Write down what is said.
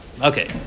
Okay